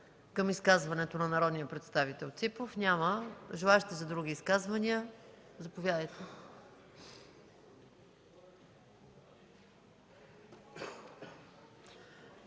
към изказването на народния представител Ципов? Няма. Други изказвания? Заповядайте,